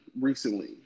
recently